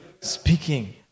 speaking